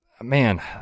man